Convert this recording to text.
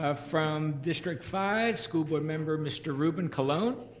ah from district five, school board member mr. ruben colon.